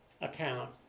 account